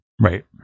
Right